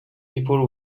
people